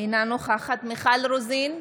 אינה נוכחת מיכל רוזין,